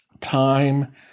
time